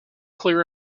clear